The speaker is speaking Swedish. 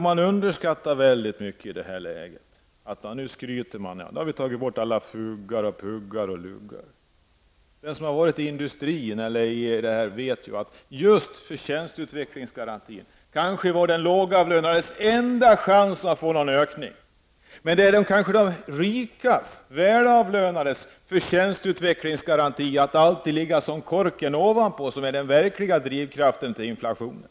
Man skryter med att man nu har tagit bort alla FUG-ar, PUG-ar och LUG-ar. Den som varit verksam inom industrin vet att just förtjänstutvecklingsgarantin kanske var den lågavlönades enda chans att få någon löneökning. Men de rikens, och välavlönades förtjänstutvecklingsgaranti har alltid varit som en kork och varit den verkliga drivkraften till inflationen.